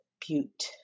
Butte